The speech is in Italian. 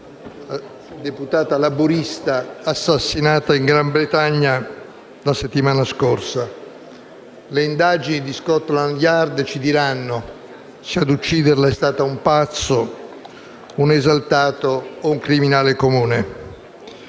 deputata laburista assassinata in Gran Bretagna la settimana scorsa. Le indagini di Scotland Yard ci diranno se ad ucciderla è stato un pazzo, un esaltato o un criminale comune,